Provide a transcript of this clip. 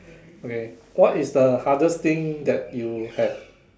okay what is the hardest thing that you have